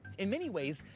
in many ways,